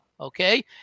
Okay